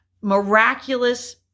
miraculous